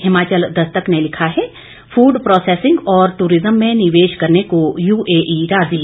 हिमाचल दस्तक ने लिखा है फूड प्रोसेसिंग और ट्ररिज्म में निवेश करने को यूएई राजी